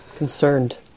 concerned